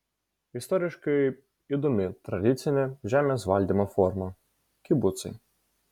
istoriškai įdomi tradicinė žemės valdymo forma kibucai